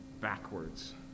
backwards